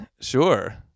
Sure